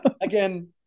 Again